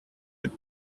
with